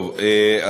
טוב,